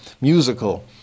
musical